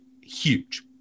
huge